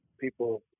people